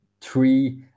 three